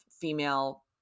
female